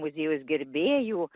muziejaus gerbėjų